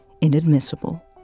inadmissible